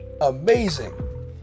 amazing